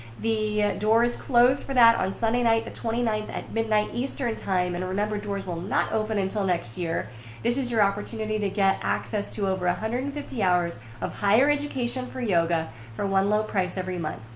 the doors close for that on sunday night the twenty ninth at midnight eastern time and remember doors will not open until next year this is your opportunity to get access to over a hundred and fifty hours of higher education for yoga for one low price, every month.